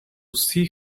see